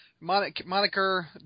moniker